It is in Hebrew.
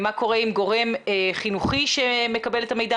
מה קורה עם גורם חינוכי שמקבל את המידע,